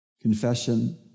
confession